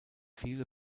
viele